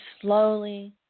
slowly